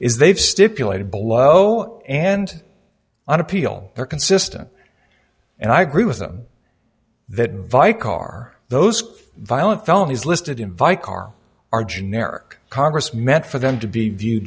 is they've stipulated below and on appeal they're consistent and i agree with them that vi car those violent felonies listed in vi car are generic congress meant for them to be viewed